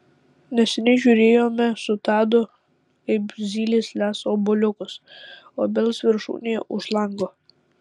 neseniai žiūrėjome su tadu kaip zylės lesa obuoliukus obels viršūnėje už lango